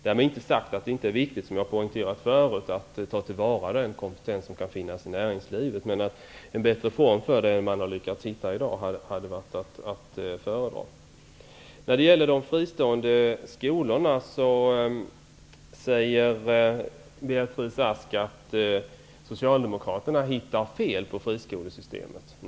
Därmed inte sagt att det inte är viktigt att ta till vara den kompetens som kan finnas i näringslivet -- det har jag poängterat förut. Men en bättre form för det än den man nu har lyckats hitta hade varit att föredra. När det gäller de fristående skolorna säger Beatrice Ask att Socialdemokraterna hittar fel på friskolesystemet.